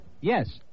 Yes